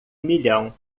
milhão